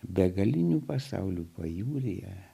begalinių pasaulių pajūryje